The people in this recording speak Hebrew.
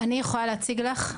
אני יכולה להציג לך,